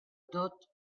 tot